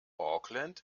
auckland